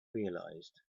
realized